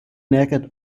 naked